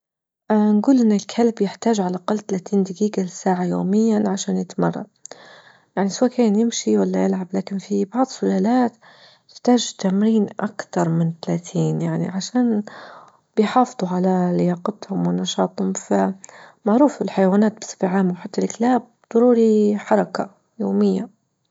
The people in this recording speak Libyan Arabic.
اه نقول أن الكلب يحتاج على الأقل ثلاثين دقيقة لساعة يوميا عشان يتمرن، يعني سواء كان يمشي ولا يلعب، لكن في بعض السلالات يحتاج تمرين أكثر من ثلاثين يعني عشان بيحافظوا على لياقتهم ونشاطهم ف معروف الحيوانات بصفة عامة وحتى الكلاب ضروري حركة يومية.